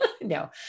No